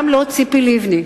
גם לא ציפי לבני.